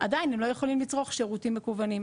עדיין הם לא יכולים לצרוך שירותים מקוונים.